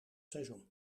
seizoen